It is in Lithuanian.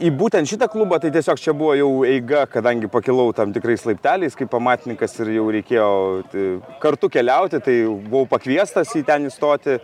į būtent šitą klubą tai tiesiog čia buvo jau eiga kadangi pakilau tam tikrais laipteliais kaip amatininkas ir jau reikėjo kartu keliauti tai buvau pakviestas į ten įstoti